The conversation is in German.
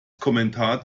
kommentar